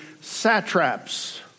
satraps